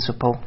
principle